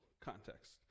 context